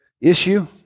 issue